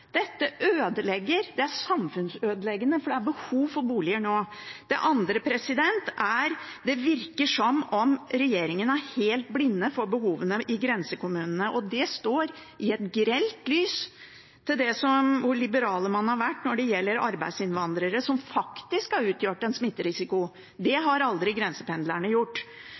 Dette ødelegger. Det er samfunnsødeleggende, for det er behov for boliger nå. Det andre er: Det virker som om regjeringen er helt blind for behovene i grensekommunene. Det står i grell kontrast til hvor liberale man har vært når det gjelder arbeidsinnvandrere, som faktisk har utgjort en smitterisiko. Det har aldri grensependlerne gjort.